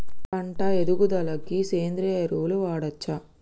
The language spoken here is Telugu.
పంట ఎదుగుదలకి సేంద్రీయ ఎరువులు వాడచ్చా?